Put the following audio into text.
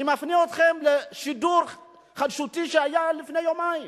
אני מפנה אתכם לשידור חדשותי שהיה לפני יומיים.